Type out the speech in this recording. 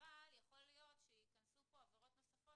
יכול להיות שייכנסו פה עבירות נוספות